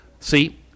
See